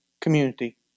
community